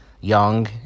young